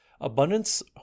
abundance